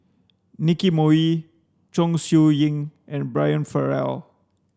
Nicky Moey Chong Siew Ying and Brian Farrell